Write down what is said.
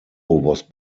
was